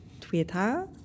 Twitter